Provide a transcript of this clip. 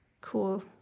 cool